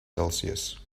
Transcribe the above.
celsius